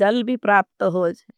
जल भी प्राप्त होगा।